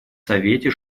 совете